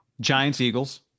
Giants-Eagles